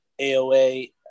AOA